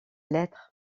lettres